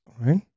right